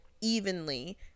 evenly